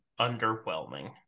underwhelming